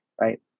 right